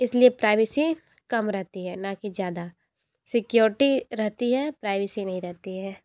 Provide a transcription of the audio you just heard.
इसलिए प्राइवेसी कम रहती है ना कि ज़्यादा सिक्योरिटी रहती है प्राइवेसी नहीं रहती है